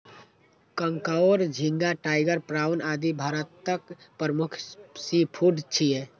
कांकोर, झींगा, tiger prawn, आदि भारतक प्रमुख सीफूड छियै